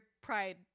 pride